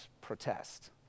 protest